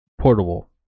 portable